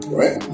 right